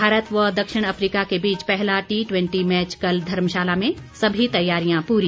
भारत व दक्षिण अफ्रीका के बीच पहला टी टवेंटी मैच कल धर्मशाला में सभी तैयारियां पूरी